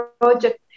project